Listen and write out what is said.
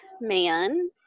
man